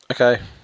okay